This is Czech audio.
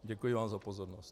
Děkuji vám za pozornost.